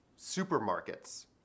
supermarkets